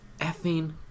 effing